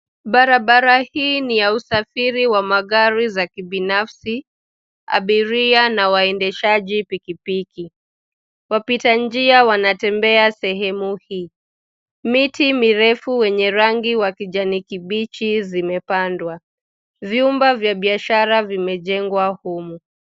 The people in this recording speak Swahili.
Barabara hii ni ya usafiri wa magari za kibinafsi ,abiria na waendeshaji pikipiki. Wapita njia wanatembea sehemu hii. Miti mirefu wenye rangi wa kijani kibichi zimepandwa. Vyumba vya biashara vimejengwa humu.